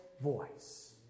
voice